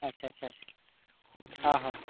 ᱟᱪᱪᱷᱟ ᱟᱪᱪᱷᱟ ᱟᱪᱪᱷᱟ ᱚ ᱦᱚᱸ